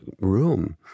room